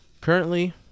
currently